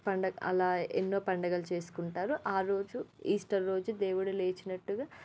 పండుగ అలా ఎన్నో పండుగలు చేసుకుంటారు ఆ రోజు ఈస్టర్ రోజు దేవుడు లేచినట్టుగా